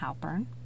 Halpern